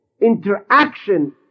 interaction